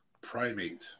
Primate